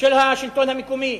של השלטון המקומי.